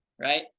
right